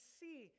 see